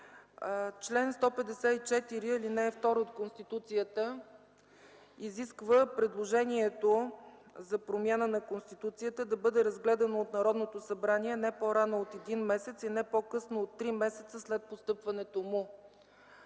чл. 154, ал. 2 от Конституцията изисква предложението за промяна на Конституцията да бъде разгледано от Народното събрание не по-рано от един месец и не по-късно от три месеца след постъпването му.